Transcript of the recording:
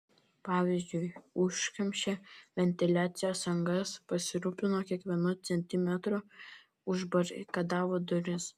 pavyzdžiui užkamšė ventiliacijos angas pasirūpino kiekvienu centimetru užbarikadavo duris